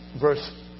verse